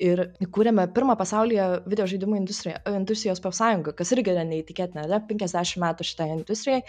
ir įkūrėme pirmą pasaulyje videožaidimų industriją industrijos profsąjungą kas irgi yra neįtikėtina ane penkiasdešim metų šitai industrijai